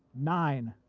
nine,